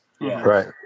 right